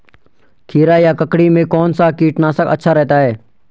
खीरा या ककड़ी में कौन सा कीटनाशक अच्छा रहता है?